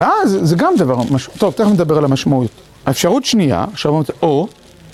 אה, זה גם דבר מש... טוב, תכף נדבר על המשמעות. האפשרות שנייה, אפשרות או...